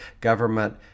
government